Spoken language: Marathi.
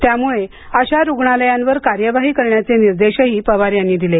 त्यामुळे अशा रुग्णालयांवर कार्यवाही करण्याचे निर्देशही पवार यांनी दिले